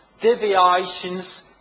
deviations